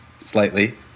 slightly